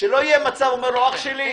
שלא יהיה מצב שהוא אומר לו: אח שלי,